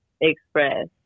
express